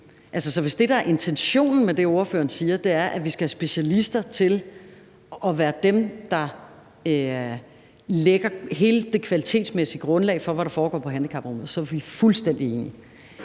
så hvis det, der er intentionen med det, ordføreren siger, er, at vi skal have specialister til at være dem, der lægger hele det kvalitetsmæssige grundlag for, hvad der foregår på handicapområdet, så er vi fuldstændig enige.